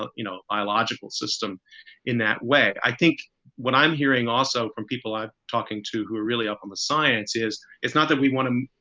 ah you know, biological system in that way. i think what i'm hearing also from people i'm talking to who are really up on the science is it's not that we want to.